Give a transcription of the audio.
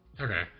Okay